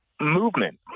movement